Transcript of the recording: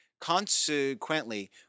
Consequently